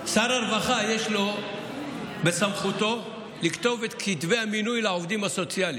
יש בסמכותו של שר הרווחה לכתוב את כתבי המינוי לעובדים הסוציאליים.